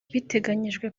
biteganyijwe